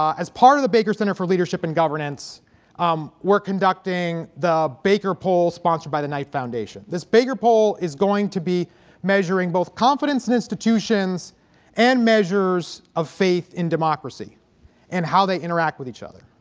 as part of the baker center for leadership and governance um we're conducting the baker poll sponsored by the knight foundation. this baker poll is going to be measuring both confidence and institutions and measures of faith in democracy and how they interact with each other